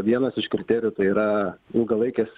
vienas iš kriterijų tai yra ilgalaikės